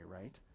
right